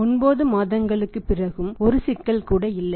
9 மாதங்களுக்குப் பிறகும் ஒரு சிக்கல் கூட இல்லை